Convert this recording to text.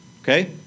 Okay